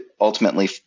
ultimately